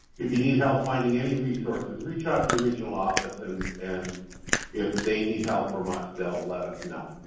if you need help finding any resources, reach out to your regional office and, and if they need help from us, they'll let us know.